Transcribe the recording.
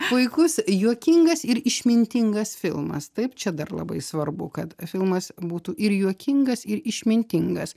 puikus juokingas ir išmintingas filmas taip čia dar labai svarbu kad filmas būtų ir juokingas ir išmintingas